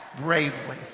bravely